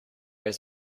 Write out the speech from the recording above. was